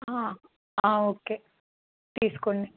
okay తీసుకోండి